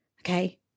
Okay